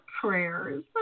prayers